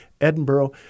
Edinburgh